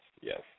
yes